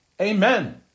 Amen